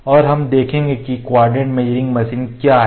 और हम देखेंगे कि को ऑर्डिनेट मेजरमेंट मशीन क्या है